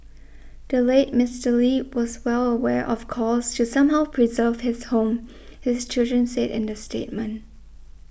the late Mister Lee was well aware of calls to somehow preserve his home his children said in the statement